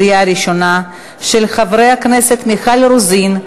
של חברות הכנסת מיכל רוזין,